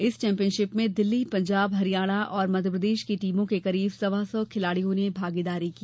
इस चैम्पियनशिप में दिल्ली पंजाब हरियाणा और मध्यप्रदेश की टीमों के करीब सवा सौ खिलाड़ियों ने भागीदारी की